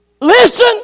Listen